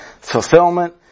fulfillment